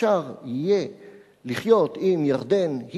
אפשר יהיה לחיות עם ירדן,